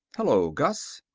hello, gus,